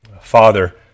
Father